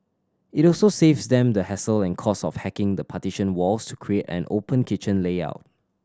it also saves them the hassle and cost of hacking the partition walls to create an open kitchen layout